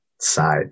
side